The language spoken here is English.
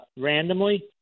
randomly